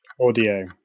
Audio